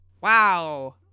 Wow